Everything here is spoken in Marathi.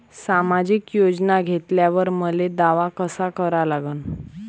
सामाजिक योजना घेतल्यावर मले दावा कसा करा लागन?